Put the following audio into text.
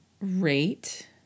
rate